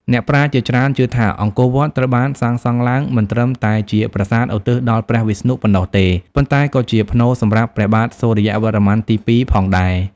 អ្នកប្រាជ្ញជាច្រើនជឿថា អង្គរវត្ត ត្រូវបានសាងសង់ឡើងមិនត្រឹមតែជាប្រាសាទឧទ្ទិសដល់ព្រះវិស្ណុប៉ុណ្ណោះទេ ប៉ុន្តែក៏ជាផ្នូរសម្រាប់ព្រះបាទសូរ្យវរ្ម័នទី២ផងដែរ។